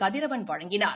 கதிரவன் வழங்கினார்